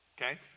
Okay